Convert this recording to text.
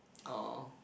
!aww!